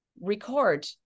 Record